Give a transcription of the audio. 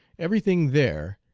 everything there,